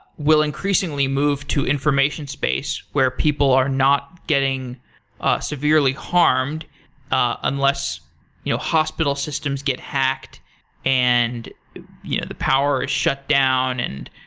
will increasingly move to information space where people are not getting ah severely harmed unless you know hospital systems get hacked and you know the power is shut down and